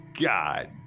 god